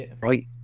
Right